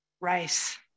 rice